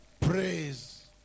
Praise